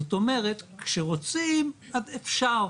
זאת אומרת שרוצים אפשר,